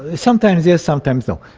ah sometimes yes, sometimes no.